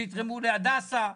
שיתרמו להדסה,